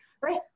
right